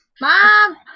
Mom